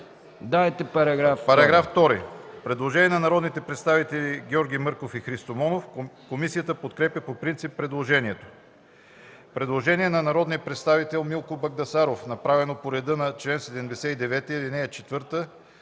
По § 2 има предложение на народните представители Георги Мърков и Христо Монов. Комисията подкрепя по принцип предложението. Има предложение на народния представител Милко Багдасаров, направено по реда на чл. 79, ал. 4,